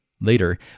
Later